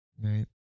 Right